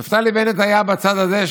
נפתלי בנט היה בצד הזה,